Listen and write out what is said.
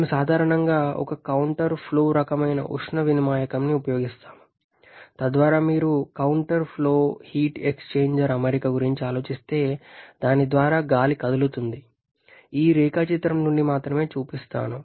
మేము సాధారణంగా ఒక కౌంటర్ ఫ్లో రకమైన ఉష్ణ వినిమాయకం ని ఉపయోగిస్తాము తద్వారా మీరు కౌంటర్ ఫ్లో హీట్ ఎక్స్ఛేంజర్ అమరిక గురించి ఆలోచిస్తే దాని ద్వారా గాలి కదులుతుంది ఈ రేఖాచిత్రం నుండి మాత్రమే చూపిస్తాను